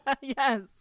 Yes